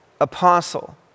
apostle